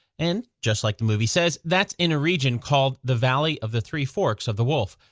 and just like the movie says, that's in a region called the valley of the three forks of the wolf.